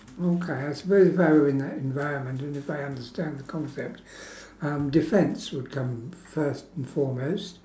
okay I suppose if I were in that environment and if I understand the concept um defence would come first and foremost